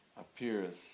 appears